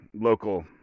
local